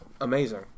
amazing